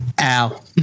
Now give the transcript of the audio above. Ow